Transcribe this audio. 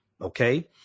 Okay